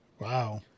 Wow